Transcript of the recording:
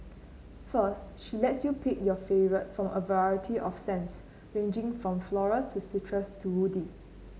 first she lets you pick your favourite from a variety of scents ranging from floral to citrus to woody